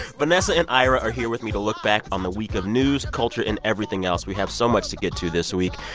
vanessa and ira are here with me to look back on the week of news, culture and everything else. we have so much to get to this week.